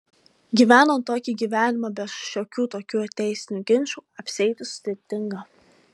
gyvenant tokį gyvenimą be šiokių tokių teisinių ginčų apsieiti sudėtinga